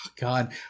god